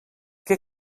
què